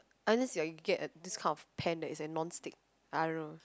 until you are get a this kind of pan that's an non stick